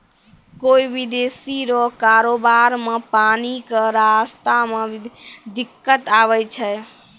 कोय विदेशी रो कारोबार मे पानी के रास्ता मे दिक्कत आवै छै